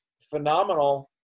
phenomenal